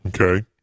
okay